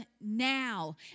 now